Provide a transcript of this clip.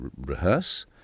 rehearse